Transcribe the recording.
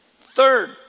Third